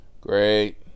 Great